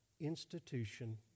institution